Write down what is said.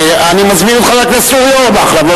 אני מזמין את חבר הכנסת אורי אורבך לבוא